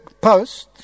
Post